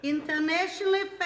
Internationally